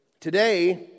Today